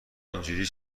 اینجوری